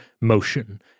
motion –